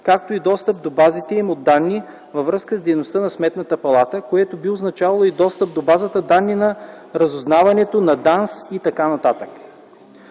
както и достъп до базите им от данни във връзка с дейността на Сметната палата”, което би означавало и достъп до базата данни на разузнаването, на ДАНС и т.н.